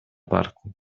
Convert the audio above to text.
parku